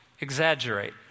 exaggerate